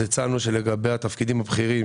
אז הצענו שלגבי התפקידים הבכירים,